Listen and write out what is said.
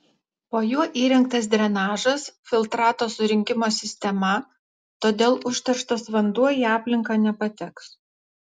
po juo įrengtas drenažas filtrato surinkimo sistema todėl užterštas vanduo į aplinką nepateks